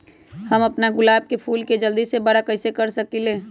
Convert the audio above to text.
हम अपना गुलाब के फूल के जल्दी से बारा कईसे कर सकिंले?